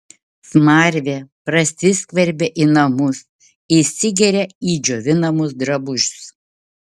smarvė prasiskverbia į namus įsigeria į džiovinamus drabužius